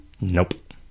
Nope